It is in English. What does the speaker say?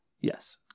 Yes